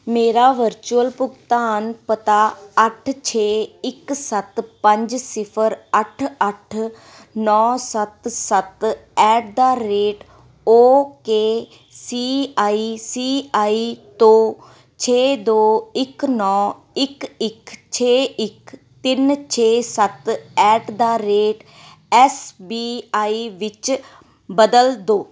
ਮੇਰਾ ਵਰਚੁਅਲ ਭੁਗਤਾਨ ਪਤਾ ਅੱਠ ਛੇ ਇੱਕ ਸੱਤ ਪੰਜ ਸਿਫਰ ਅੱਠ ਅੱਠ ਨੌਂ ਸੱਤ ਸੱਤ at the rate okay C I C I ਤੋਂ ਛੇ ਦੋ ਇੱਕ ਨੌਂ ਇੱਕ ਇੱਕ ਛੇ ਇੱਕ ਤਿੰਨ ਛੇ ਸੱਤ at the rate S B I ਵਿੱਚ ਬਦਲ ਦਿਓ